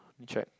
let me check